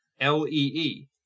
L-E-E